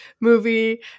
movie